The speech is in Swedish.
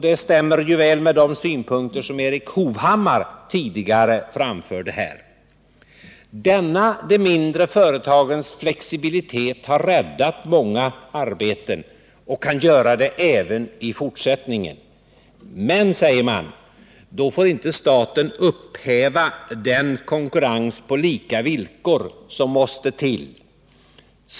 Det stämmer ju väl med de synpunkter som Erik Hovhammar tidigare framförde här. Denna de mindre företagens flexibilitet har räddat många arbeten och kan göra det även i fortsättningen. Men, säger man, då får inte staten upphäva den konkurrens på lika villkor som måste till.